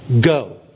go